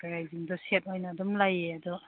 ꯀꯩ ꯀꯩꯁꯤꯡꯗꯣ ꯁꯦꯠ ꯑꯣꯏꯅ ꯑꯗꯨꯝ ꯂꯩꯌꯦ ꯑꯗꯣ